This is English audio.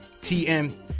TM